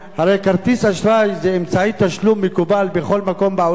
הרי כרטיס אשראי זה אמצעי תשלום מקובל בכל מקום בעולם.